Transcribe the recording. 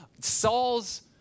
Saul's